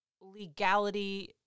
legality